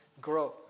grow